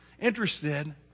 interested